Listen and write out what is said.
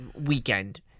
weekend